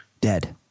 Dead